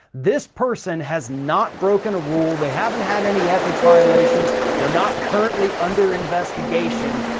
this person has not broken a rule, they haven't had any ethics violations, they're not currently under investigation.